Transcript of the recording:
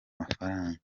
amafaranga